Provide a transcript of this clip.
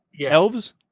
Elves